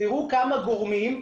תראו כמה גורמים יש.